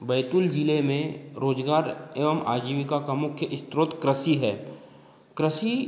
बैतूल जीले में रोजगार एवं आजीविका का मुख्य इस्त्रोत कृषि है क्रसी